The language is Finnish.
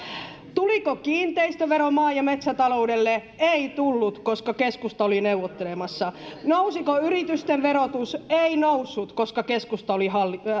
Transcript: tuliko kiinteistövero maa ja metsätaloudelle ei tullut koska keskusta oli neuvottelemassa nousiko yritysten verotus ei noussut koska keskusta oli